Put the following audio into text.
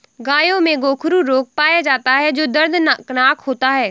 गायों में गोखरू रोग पाया जाता है जो दर्दनाक होता है